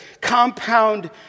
compound